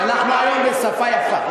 אנחנו מדברים בשפה יפה,